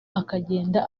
akagenda